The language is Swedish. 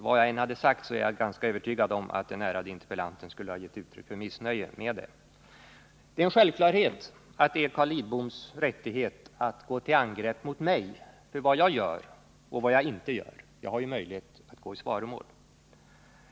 Vad jag än hade sagt så är jag ganska övertygad om att den ärade interpellanten skulle ha gett uttryck för missnöje med interpellationssvaret. Det är en självklarhet att det är Carl Lidboms rättighet att gå till angrepp mot mig för vad jag gör och vad jag inte gör. Jag har ju möjlighet att gå i svaromål.